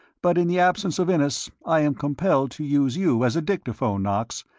but in the absence of innes i am compelled to use you as a dictaphone, knox.